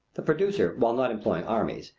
the producer, while not employing armies,